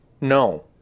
No